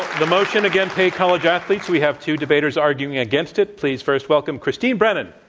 the motion again, pay college athletes, we have two debaters arguing against it. please first welcome christine brennan.